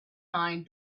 mind